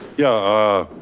yeah,